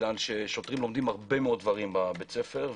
כי שוטרים לומדים הרבה מאוד דברים בבית הספר,